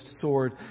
sword